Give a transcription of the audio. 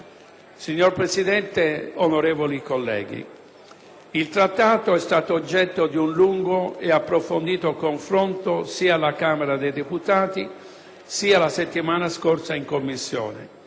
Signor Presidente, onorevoli colleghi, il Trattato è stato oggetto di un lungo e approfondito confronto sia alla Camera dei deputati sia la settimana scorsa in Commissione.